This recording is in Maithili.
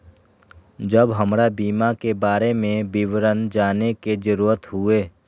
जब हमरा बीमा के बारे में विवरण जाने के जरूरत हुए?